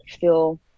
feel